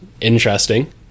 interesting